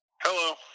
Hello